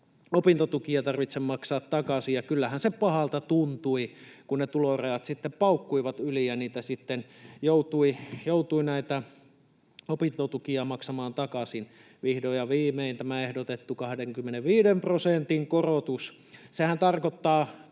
opintotukia tarvitse maksaa takaisin. Ja kyllähän se pahalta tuntui, kun ne tulorajat sitten paukkuivat yli ja sitten joutui näitä opintotukia maksamaan takaisin. Vihdoin ja viimein tämä ehdotettu 25 prosentin korotus. Sehän tarkoittaa